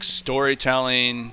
storytelling